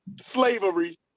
slavery